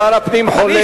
שר הפנים חולה.